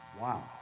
Wow